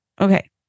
Okay